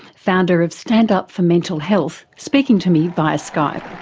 founder of stand up for mental health, speaking to me via skype.